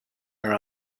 are